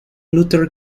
luther